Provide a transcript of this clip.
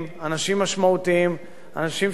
אנשים שנתנו מדמם וחלבם,